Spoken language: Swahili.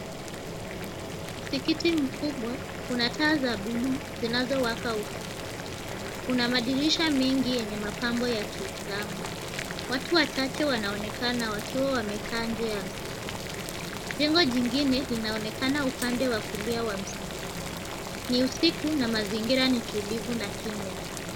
Msikiti mkubwa una taa za buluu zinazowaka usiku. Kuna madirisha yenye mapambo ya kiislamu. Watu wachache wanaonekana wakiwa wamekaa nje ya msikiti. Jengo jingine linaonekana upande wa kulia wa msikiti. Ni usiku na mazingira ni tulivu na kimya.